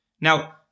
Now